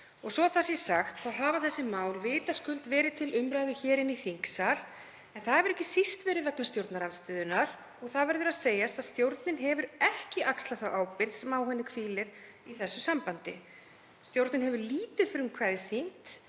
Svo það sé sagt þá hafa þessi mál vitaskuld verið til umræðu hér í þingsal en það hefur ekki síst verið vegna stjórnarandstöðunnar. Það verður að segjast að stjórnin hefur ekki axlað þá ábyrgð sem á henni hvílir í þessu sambandi. Stjórnin hefur lítið frumkvæði sýnt